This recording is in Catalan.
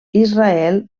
israel